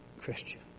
Christian